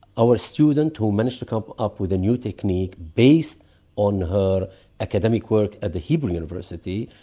our student who managed to come up with a new technique based on her academic work at the hebrew university,